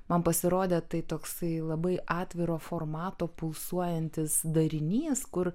man pasirodė tai toksai labai atviro formato pulsuojantis darinys kur